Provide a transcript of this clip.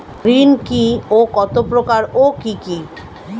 ঋণ কি ও কত প্রকার ও কি কি?